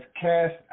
cast